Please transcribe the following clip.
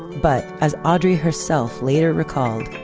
but as audrey herself later recalled,